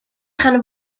rhan